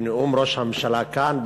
בנאום ראש הממשלה כאן,